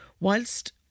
whilst